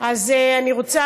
אוקיי, אז אני רוצה